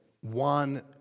one